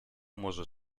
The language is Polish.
może